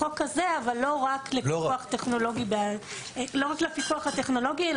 זה לחוק הזה אבל לא רק לפיקוח הטכנולוגי,